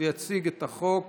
יציג את החוק